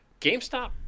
GameStop